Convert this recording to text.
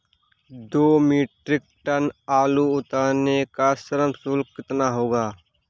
दो metric tonne आलू उतारने का श्रम शुल्क कितना होगा?